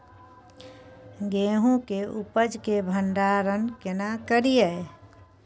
गेहूं के उपज के भंडारन केना करियै?